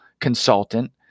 consultant